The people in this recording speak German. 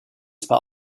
zwar